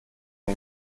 dem